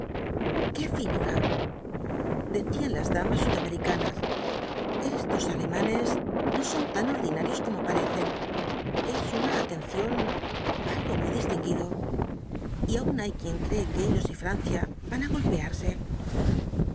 qué finura decían las damas sudamericanas estos alemanes no son tan ordinarios como parecen es una atención algo muy distinguido y aun hay quien cree que ellos y francia van á golpearse los